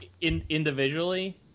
Individually